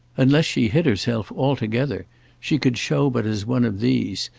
unless she hid herself altogether she could show but as one of these,